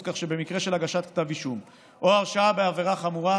כך שבמקרה של הגשת כתב אישום או הרשעה בעבירה חמורה,